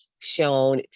Shown